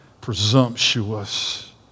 presumptuous